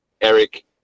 Eric